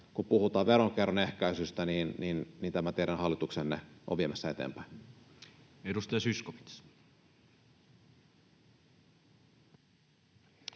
kun puhutaan veronkierron ehkäisystä, teidän hallituksenne on viemässä eteenpäin. [Speech